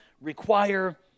require